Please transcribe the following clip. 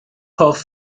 hoff